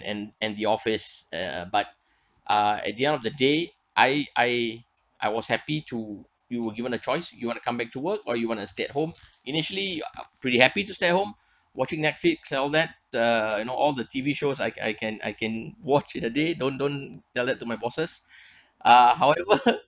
and and the office uh but uh at the end of the day I I I was happy to you were given a choice you want to come back to work or you want to stay at home initially you are pretty happy to stay home watching netflix and all that uh you know all the T_V shows I I can I can watch it a day don't don't tell that to my bosses uh however